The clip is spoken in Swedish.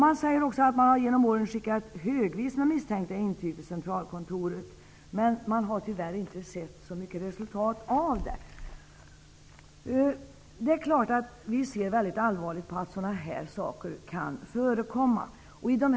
Man säger också att man genom åren har skickat högvis med misstänkta intyg till centralkontoret. Tyvärr har man dock inte sett så mycket resultat av detta. Det är klart att vi ser väldigt allvarligt på att det kan förekomma sådana här saker.